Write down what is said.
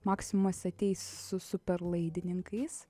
maksimas ateis su superlaidininkais